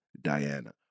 diana